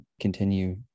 continue